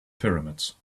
pyramids